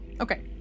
Okay